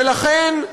ולכן,